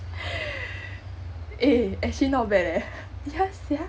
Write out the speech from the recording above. eh actually not bad leh yeah sia